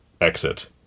exit